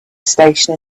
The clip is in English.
station